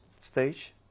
stage